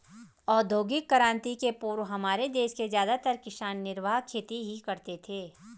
औद्योगिक क्रांति से पूर्व हमारे देश के ज्यादातर किसान निर्वाह खेती ही करते थे